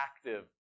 active